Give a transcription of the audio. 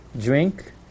drink